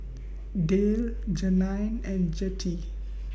Dale Jeannine and Jettie